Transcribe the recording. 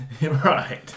Right